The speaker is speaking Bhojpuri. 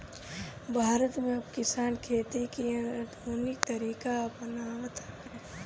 भारत में अब किसान खेती के आधुनिक तरीका अपनावत हवे